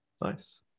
Nice